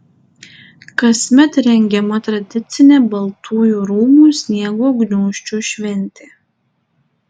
kasmet rengiama tradicinė baltųjų rūmų sniego gniūžčių šventė